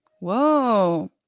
Whoa